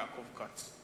חבר הכנסת יעקב כץ.